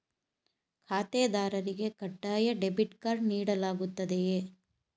ಖಾತೆದಾರರಿಗೆ ಕಡ್ಡಾಯ debit card ನೀಡಲಾಗುತ್ತದೆಯೇ?